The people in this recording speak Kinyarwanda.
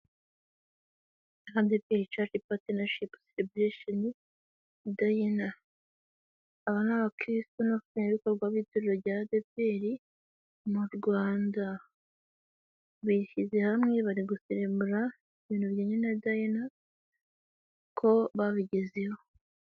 ADEPR caci patinashipu seleburasheni dina, aba n'abakirisitu n'abafatanyabikorwa b'itorero rya ADEPR mu Rwanda, bishyize hamwe bari guserebura ibintu bijyanye na dayina na ko babigezeho.